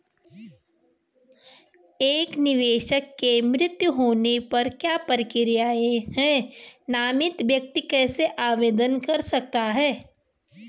एक निवेशक के मृत्यु होने पर क्या प्रक्रिया है नामित व्यक्ति कैसे आवेदन कर सकता है?